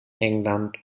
england